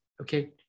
okay